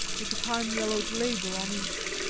with a time-yellowed label on each.